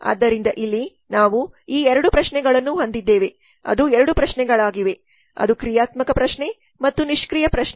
ಆದ್ದರಿಂದ ಇಲ್ಲಿ ನಾವು ಈ 2 ಪ್ರಶ್ನೆಗಳನ್ನು ಹೊಂದಿದ್ದೇವೆ ಅದು 2 ಪ್ರಶ್ನೆಗಳಾಗಿವೆ ಅದು ಕ್ರಿಯಾತ್ಮಕ ಪ್ರಶ್ನೆ ಮತ್ತು ನಿಷ್ಕ್ರಿಯ ಪ್ರಶ್ನೆ